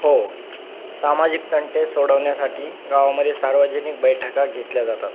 होय सामाजिक तंटे सोडवण्यासाठी गावामध्ये सार्वजनिक बैठका घेतल्या जातात